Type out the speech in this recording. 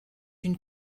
une